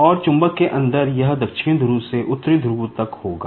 और चुंबक के अंदर यह दक्षिणी ध्रुव से उत्तरी ध्रुव तक होगा